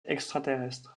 extraterrestre